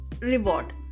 reward